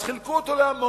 אז חילקו אותו להמון,